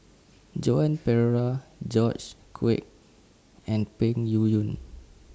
Joan Pereira George Quek and Peng Yuyun